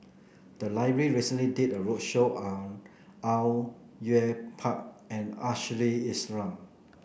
the library recently did a roadshow on Au Yue Pak and Ashley Isham